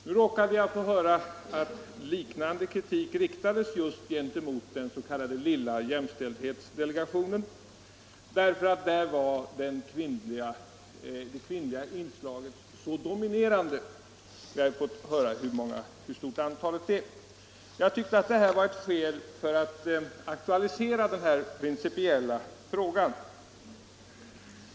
Nu råkade jag få höra att liknande krav hade riktats mot den s.k. lilla jämställdhetsdelegationen därför att det kvinnliga inslaget där var så dominerande. Vi har ju här fått höra hur stort antalet kvinnliga ledamöter är. Jag tyckte att detta var ett skäl för att aktualisera denna principiella fråga.